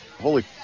holy